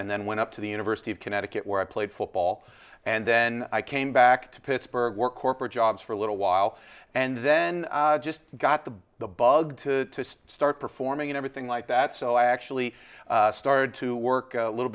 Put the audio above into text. and then went up to the university of connecticut where i played football and then i came back to pittsburgh corporate jobs for a little while and then just got the bug to start performing and everything like that so i actually started to work a little